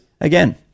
Again